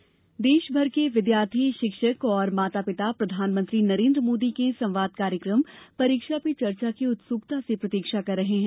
परीक्षा चर्चा देशभर के विद्यार्थी शिक्षक और माता पिता प्रधानमंत्री नरेन्द्र मोदी के संवाद कार्यक्रम परीक्षा पर चर्चा की उत्सुकता से प्रतीक्षा कर रहे हैं